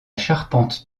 charpente